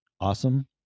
Awesome